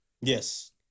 Yes